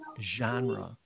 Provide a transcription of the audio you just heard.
genre